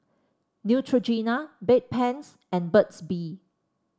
Neutrogena Bedpans and Burt's Bee